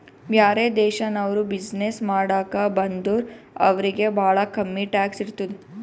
ಬ್ಯಾರೆ ದೇಶನವ್ರು ಬಿಸಿನ್ನೆಸ್ ಮಾಡಾಕ ಬಂದುರ್ ಅವ್ರಿಗ ಭಾಳ ಕಮ್ಮಿ ಟ್ಯಾಕ್ಸ್ ಇರ್ತುದ್